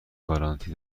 گارانتی